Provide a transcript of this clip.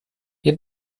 wir